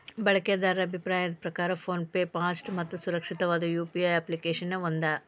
ಬಳಕೆದಾರರ ಅಭಿಪ್ರಾಯದ್ ಪ್ರಕಾರ ಫೋನ್ ಪೆ ಫಾಸ್ಟ್ ಮತ್ತ ಸುರಕ್ಷಿತವಾದ ಯು.ಪಿ.ಐ ಅಪ್ಪ್ಲಿಕೆಶನ್ಯಾಗ ಒಂದ